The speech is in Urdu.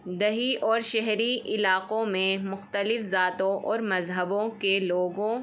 دیہی اور شہری علاقوں میں مختلف ذاتوں اور مذہبوں کے لوگوں